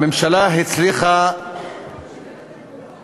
הממשלה הצליחה